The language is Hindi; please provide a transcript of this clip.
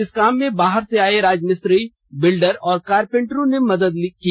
इस काम में बाहर से आए राज मिस्त्री बिल्डर और कारपेंटरों की मदद ली गई थी